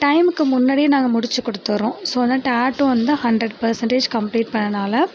டைமுக்கு முன்னாடியே நாங்கள் முடித்து கொடுத்துடுறோம் ஸோ அதனால் டாட்டும் வந்து ஹண்ட்ரட் பர்சன்டேஜ் கம்ப்ளீட் பண்ணனால்